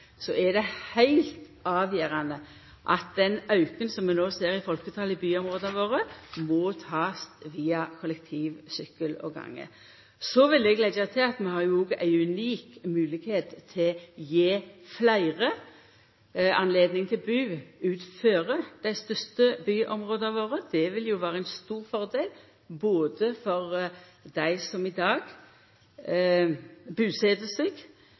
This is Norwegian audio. Så vil eg leggja til at vi har òg ei unik moglegheit til å gje fleire høve til å bu utanfor dei største byområda våre. Det ville jo vera ein stor fordel, både for dei som i dag buset seg